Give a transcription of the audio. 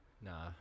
Nah